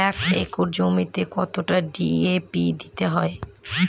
এক একর জমিতে কতটা ডি.এ.পি দিতে হবে?